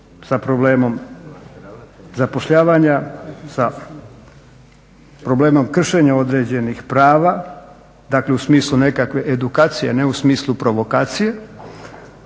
sa problemom zapošljavanja, sa problemom kršenja određenih prava, dakle u smislu nekakve edukacije, ne u smislu provokacije,